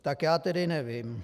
Tak já tedy nevím.